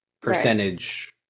percentage